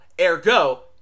Ergo